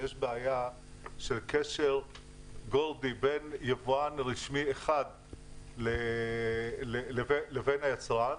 שיש בעיה של קשר גורדי בין יבואן רשמי אחד לבין היצרן,